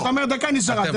אתה אומר שנשארה דקה,